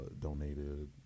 donated